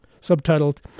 subtitled